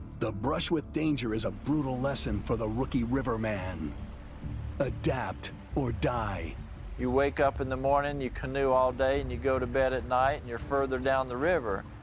the brush with danger is a brutal lesson for the rookie river man adapt or die. eustace you wake up in the morning, you canoe all day, and you go to bed at night, and you're further down the river.